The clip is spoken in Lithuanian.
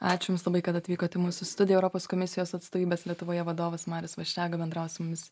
ačiū jums labai kad atvykot į mūsų studiją europos komisijos atstovybės lietuvoje vadovas marius vaščega bendravo su mumis